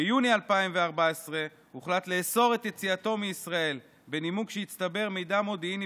ביוני 2014 הוחלט לאסור את יציאתו מישראל בנימוק שהצטבר מידע מודיעיני